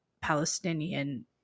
Palestinian